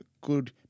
good